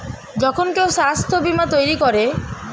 যখন কেউ স্বাস্থ্য বীমা তৈরী করে